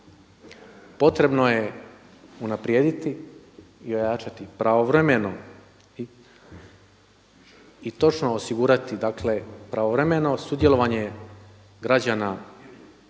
Potrebno je unaprijediti i ojačati pravovremeno i točno osigurati, dakle pravovremeno sudjelovanje građana